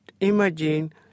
imagine